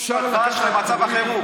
אפשר לקחת, אבל מה קשור הדבש למצב החירום?